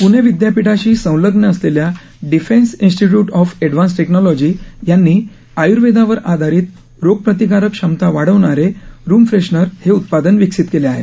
प्णे विदयापिठाशी संलग्न असलेल्या defence institute of advance technology यांनी आयुर्वेदावर आधारित रोगप्रतिकारक क्षमता वाढवणारे उत्पादन विकसित केले आहे